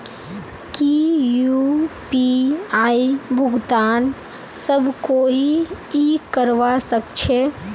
की यु.पी.आई भुगतान सब कोई ई करवा सकछै?